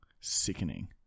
sickening